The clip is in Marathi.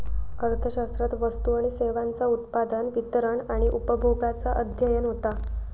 अर्थशास्त्रात वस्तू आणि सेवांचा उत्पादन, वितरण आणि उपभोगाचा अध्ययन होता